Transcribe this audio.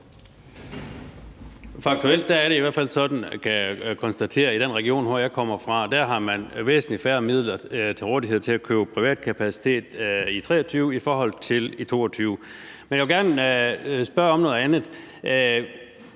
Faktuelt er det i hvert fald sådan, kan jeg konstatere, at i den region, hvor jeg kommer fra, har man væsentlig færre midler til rådighed til at købe privat kapacitet i 2023 i forhold til i 2022. Men jeg vil gerne spørge om noget andet: